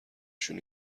شون